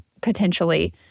potentially